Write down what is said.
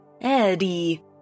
Eddie